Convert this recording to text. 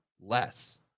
less